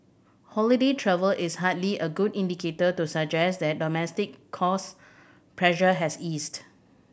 holiday travel is hardly a good indicator to suggest that domestic cost pressure has eased